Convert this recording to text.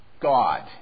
God